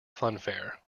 funfair